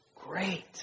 great